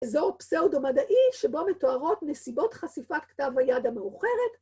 ‫אזור פסאודו-מדעי שבו מתוארות ‫נסיבות חשיפת כתב היד המאוחרת.